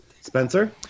Spencer